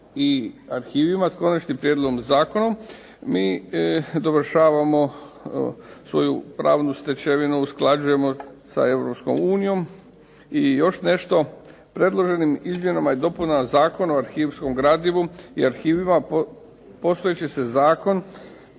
i arhivima s Konačnim prijedlogom zakona mi dovršavamo svoju pravnu stečevinu usklađujemo sa Europskom unijom. I još nešto, predloženim izmjenama i dopunama zakona o arhivskom gradivu i arhivima postojeći se zakon